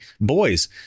boys